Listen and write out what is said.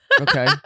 Okay